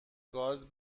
گاز